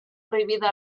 prohibida